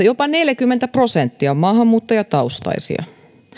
jopa neljäkymmentä prosenttia on maahanmuuttajataustaisia